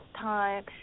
time